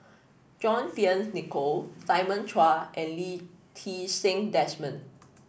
John Fearns Nicoll Simon Chua and Lee Ti Seng Desmond